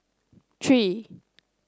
three